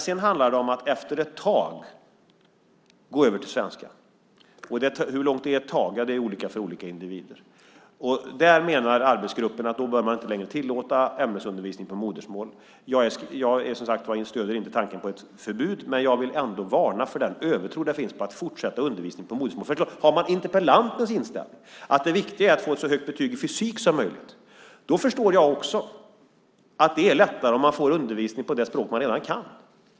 Sedan handlar det om att efter ett tag gå över till svenska. Hur långt "ett tag" kan vara är olika för olika individer. Arbetsgruppen menar att man då inte längre bör tillåta ämnesundervisning på modersmål. Jag stöder som sagt inte tanken på ett förbud, man jag vill ändå varna för den övertro som finns när det gäller att fortsätta undervisningen på modersmål. Har man interpellantens inställning att det viktiga är att få ett så högt betyg i fysik som möjligt förstår jag också att det är lättare om man får undervisning på det språk man redan kan.